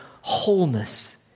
wholeness